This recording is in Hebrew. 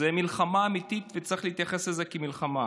זו מלחמה אמיתית, וצריך להתייחס לזה כאל מלחמה.